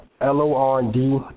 L-O-R-D